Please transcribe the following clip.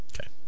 Okay